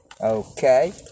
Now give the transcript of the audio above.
okay